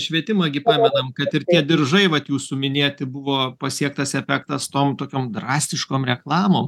švietimą gi pamenam kad ir tie diržai vat jūsų minėti buvo pasiektas efektas tom tokiom drastiškom reklamom